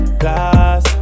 glass